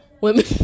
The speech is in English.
women